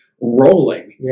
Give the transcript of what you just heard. rolling